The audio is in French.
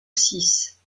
cisse